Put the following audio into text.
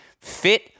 fit